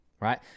right